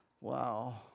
Wow